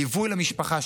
ליווי למשפחה,